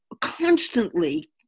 constantly